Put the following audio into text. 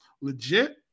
legit